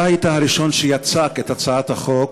אתה היית הראשון שיצק את הצעת החוק,